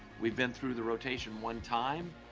we've been through the rotation one time,